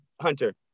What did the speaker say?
hunter